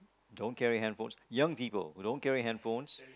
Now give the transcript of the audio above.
don't carry handphones young people don't carry handphones